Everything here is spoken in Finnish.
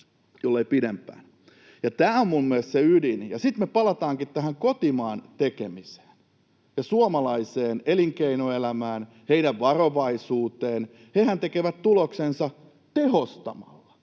Tämä on mielestäni se ydin, ja sitten me palataankin tähän kotimaan tekemiseen, suomalaiseen elinkeinoelämään ja heidän varovaisuuteensa — hehän tekevät tuloksensa tehostamalla.